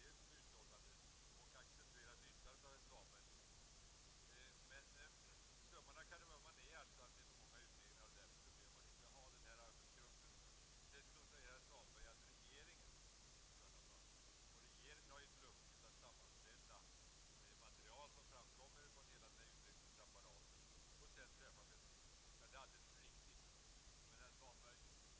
Men summan av kardemumman är ändå att det finns för många utredningar, och därför vill vi ha en arbetsgrupp som kan sammanställa det stora material som kommer fram från hela utredningsapparaten. Då säger herr Svanberg att regeringen ju har till uppgift att sammanställa hela det material som kommer från utredningsapparaten, innan beslut skall fattas. Det är riktigt.